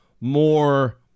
more